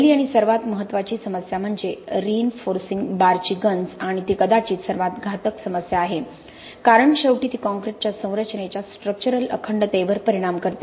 पहिली आणि सर्वात महत्त्वाची समस्या म्हणजे रीइन्फोर्सिंग बारची गंज आणि ती कदाचित सर्वात घातक समस्या आहे कारण शेवटी ती कॉंक्रिटच्या संरचनेच्या स्ट्रक्चरल अखंडतेवर परिणाम करते